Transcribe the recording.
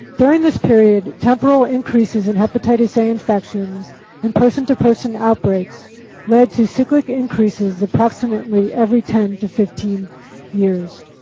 during this period, temporal increases in hepatitis a infections and person to person outbreaks led to cyclic increases approximately every ten to fifteen years.